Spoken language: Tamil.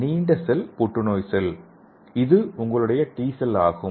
நீண்ட செல் புற்றுநோய் செல் இது உங்களுடைய டி செல் ஆகும்